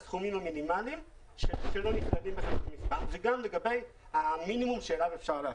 גם על הסכומים המינימליים וגם לגבי המינימום אליו אפשר להפחית.